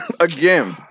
Again